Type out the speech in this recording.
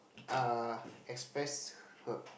uh express her